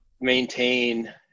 maintain